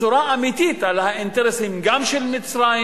בצורה אמיתית על האינטרסים, גם של מצרים,